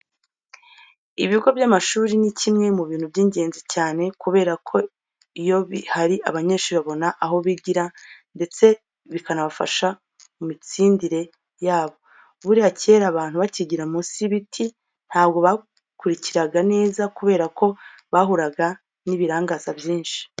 Ibigo by'amashuri ni kimwe mu bintu by'ingenzi cyane kubera ko iyo bihari abanyeshuri babona aho bigira ndetse bikanabafasha mu mitsindire yabo. Buriya kera abantu bacyigira munsi y'ibiti ntabwo bakurikiraga neza kubera ko bahuraga n'ibirangaza byinshi.